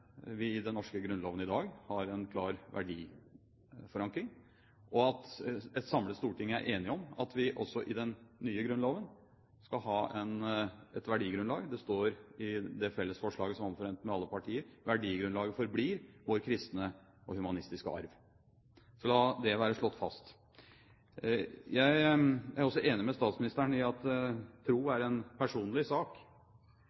vi i den norske grunnloven i dag har en klar verdiforankring, og at et samlet storting er enige om at vi også i den nye grunnloven skal ha et verdigrunnlag – det står i det omforente fellesforslaget: «Værdigrundlaget forbliver vor kristne og humanistiske Arv.» Så la det være slått fast. Jeg er også enig med statsministeren i at tro